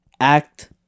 act